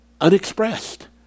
unexpressed